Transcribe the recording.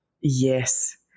yes